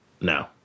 no